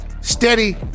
steady